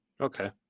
Okay